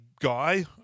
guy